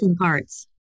parts